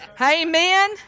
amen